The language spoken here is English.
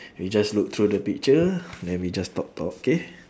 we just look through the picture then we just talk talk okay